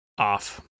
off